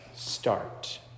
Start